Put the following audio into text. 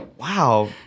Wow